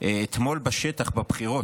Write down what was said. אתמול בשטח בבחירות.